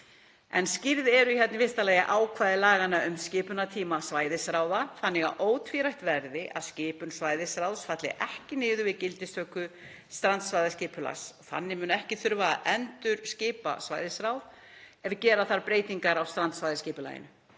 Skýrð eru í fyrsta lagi ákvæði laganna um skipunartíma svæðisráða þannig að ótvírætt verði að skipun svæðisráðs falli ekki niður við gildistöku strandsvæðisskipulags. Þannig mun ekki þurfa að endurskipa svæðisráð ef gera þarf breytingar á strandsvæðaskipulaginu.